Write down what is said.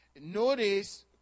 Notice